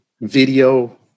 video